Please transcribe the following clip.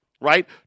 right